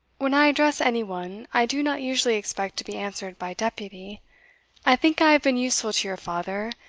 when i address any one, i do not usually expect to be answered by deputy i think i have been useful to your father,